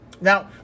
Now